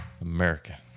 America